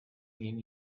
mean